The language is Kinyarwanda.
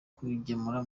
kugemura